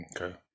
Okay